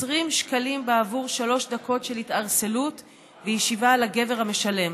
20 שקלים בעבור שלוש דקות של התערטלות וישיבה על הגבר המשלם,